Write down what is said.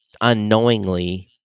unknowingly